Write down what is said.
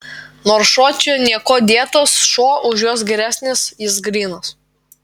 nors šuo čia niekuo dėtas šuo už juos geresnis jis grynas